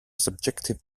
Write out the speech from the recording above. subjective